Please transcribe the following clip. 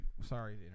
Sorry